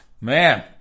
Man